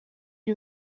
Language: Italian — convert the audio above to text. gli